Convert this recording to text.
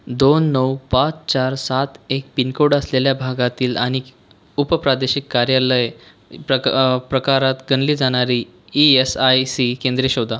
दोन नऊ पाच चार सात एक पिनकोड असलेल्या भागातील आणि उपप्रादेशिक कार्यालय प्रक प्रकारात गणली जाणारी ई एस आय सी केंद्रे शोधा